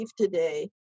today